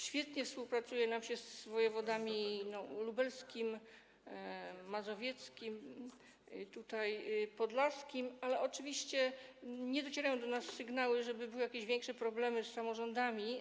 Świetnie współpracuje nam się z wojewodami: lubelskim, mazowieckim, podlaskim, ale oczywiście nie docierają do nas sygnały, żeby były jakieś większe problemy z samorządami.